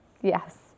Yes